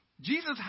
Jesus